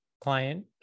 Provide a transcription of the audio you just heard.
client